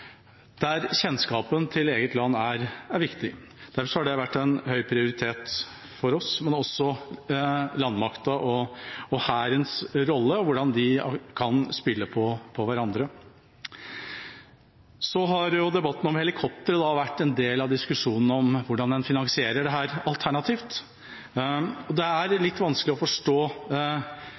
der kjennskapen til eget land er viktig. Derfor har det vært en høy prioritet for oss, men også landmakta og Hærens rolle og hvordan de kan spille på hverandre. Debatten om helikoptre har vært en del av diskusjonen om hvordan en finansierer dette alternativt. Det er litt vanskelig å forstå